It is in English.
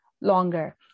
longer